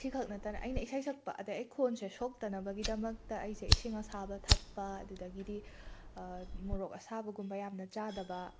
ꯁꯤꯈꯛꯇ ꯅꯠꯇꯅ ꯑꯩꯅ ꯏꯁꯩ ꯁꯛꯄ ꯑꯗꯩ ꯑꯩ ꯈꯣꯟꯁꯦ ꯁꯣꯛꯇꯅꯕꯒꯤꯗꯃꯛꯇ ꯑꯩꯁꯦ ꯏꯁꯤꯡ ꯑꯁꯥꯕ ꯊꯛꯄ ꯑꯗꯨꯗꯒꯤꯗꯤ ꯃꯣꯔꯣꯛ ꯑꯁꯥꯕꯒꯨꯝꯕ ꯌꯥꯝꯅ ꯆꯥꯗꯕ